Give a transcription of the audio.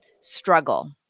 struggle